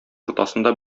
уртасында